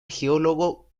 geólogo